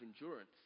endurance